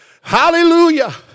Hallelujah